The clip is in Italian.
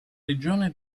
regione